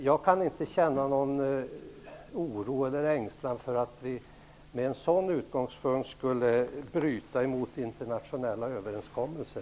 Jag kan inte känna någon oro eller ängslan för att vi med en sådan utgångspunkt skulle bryta mot internationella överenskommelser.